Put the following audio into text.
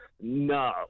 No